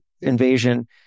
invasion